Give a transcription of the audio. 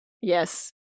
Yes